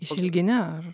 išilginė ar